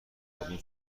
دارین